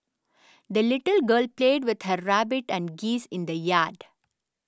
the little girl played with her rabbit and geese in the yard